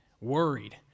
worried